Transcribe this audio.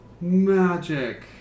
magic